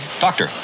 Doctor